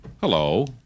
Hello